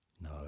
No